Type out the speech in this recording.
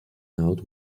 out